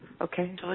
Okay